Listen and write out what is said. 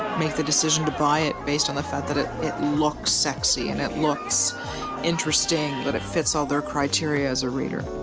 make the decision to buy it based on the fact that it it looks sexy and it looks interesting but it fits all their criteria as a reader.